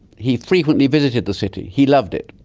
he frequently visited the city, he loved it.